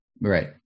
right